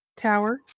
tower